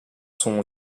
sont